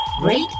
Great